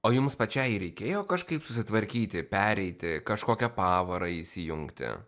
o jums pačiai reikėjo kažkaip susitvarkyti pereiti kažkokią pavarą įsijungti